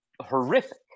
horrific